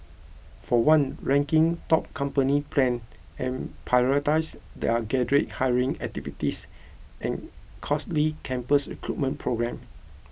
for one ranking top company plan and prioritise their graduate hiring activities and costly campus recruitment programme